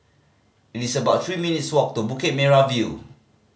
it's about three minutes' walk to Bukit Merah View